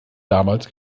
damals